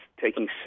taking